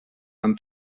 han